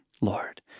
Lord